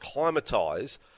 acclimatise